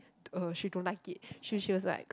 uh she don't like it she she was like